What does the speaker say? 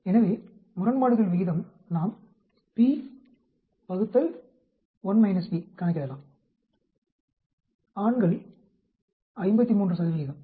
எனவே முரண்பாடுகள் விகிதம் நாம் p கணக்கிடலாம் ஆண்கள் 53